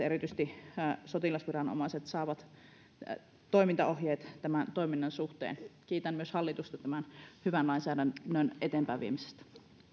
erityisesti sotilasviranomaisemme saavat toimintaohjeet tämän toiminnan suhteen kiitän myös hallitusta tämän hyvän lainsäädännön eteenpäinviemisestä